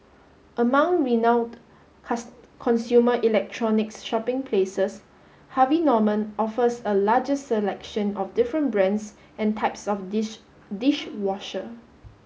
among renowned consumer electronics shopping places Harvey Norman offers a largest selection of different brands and types of dish dish washer